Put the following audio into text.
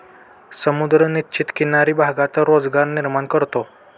समुद्र निश्चित किनारी भागात रोजगार निर्माण करतो